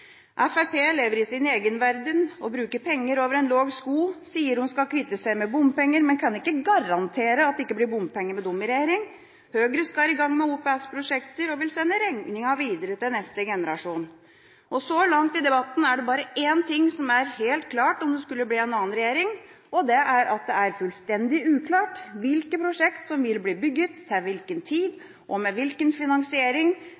Fremskrittspartiet lever i sin egen verden og bruker penger over en lav sko. De sier at de skal kvitte seg med bompenger, men kan ikke garantere at det ikke blir bompenger med dem i regjering. Høyre skal i gang med OPS-prosjekter og vil sende regninga videre til neste generasjon. Så langt i debatten er det bare én ting som er helt klart om det skulle bli en annen regjering, og det er at det er fullstendig uklart hvilke prosjekter som vil bli bygd til hvilken